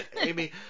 Amy